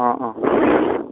अ अ